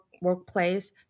workplace